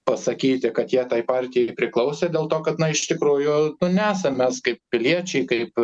pasakyti kad jie tai partijai priklausė dėl to kad na iš tikrųjų nu nesam mes kaip piliečiai kaip